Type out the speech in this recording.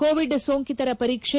Covid ಸೋಂಕಿಂತರ ಪರೀಕ್ಷೆ